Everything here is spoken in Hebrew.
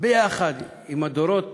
ביחד עם הדורות